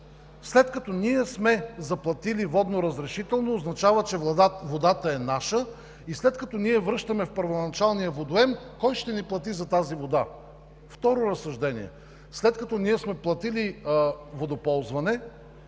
след като ние сме заплатили водно разрешително, означава, че водата е наша и след като ние я връщаме в първоначалния водоем, кой ще ни плати за тази вода? Второ разсъждение: след като сме платили водоползване